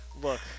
Look